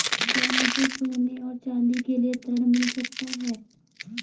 क्या मुझे सोने और चाँदी के लिए ऋण मिल सकता है?